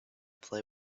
play